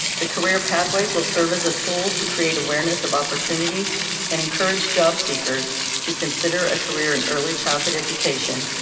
the career pathways will serve as a tool to create awareness of opportunities and encourage job seekers to consider a career in early childhood education,